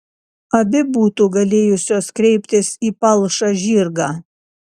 abi būtų galėjusios kreiptis į palšą žirgą